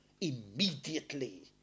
immediately